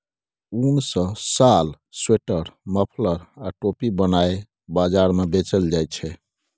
उन सँ साल, स्वेटर, मफलर आ टोपी बनाए बजार मे बेचल जाइ छै